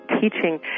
teaching